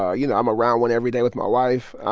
ah you know, i'm around one every day with my wife.